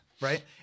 Right